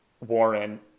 Warren